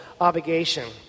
obligation